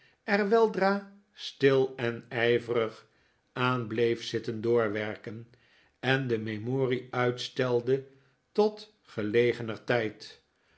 er weldra stil en ijverig aan bleef zitten doorwerken en de memorie uitstelde tot gelegener tijd